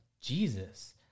Jesus